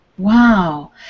Wow